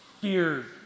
fear